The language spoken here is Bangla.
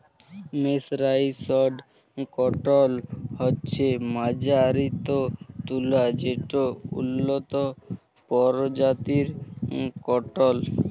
মের্সরাইসড কটল হছে মাজ্জারিত তুলা যেট উল্লত পরজাতির কটল